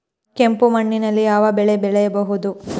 ಕೆಂಪು ಮಣ್ಣಿನಲ್ಲಿ ಯಾವ ಬೆಳೆ ಬೆಳೆಯಬಹುದು?